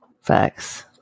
Facts